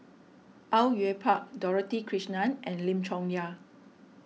Au Yue Pak Dorothy Krishnan and Lim Chong Yah